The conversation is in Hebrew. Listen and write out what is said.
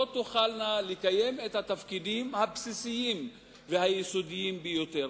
תוכלנה לקיים את התפקידים הבסיסיים והיסודיים ביותר,